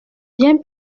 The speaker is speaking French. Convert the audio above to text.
bien